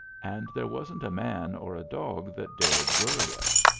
and there wasn't a man or a dog that dared worry us.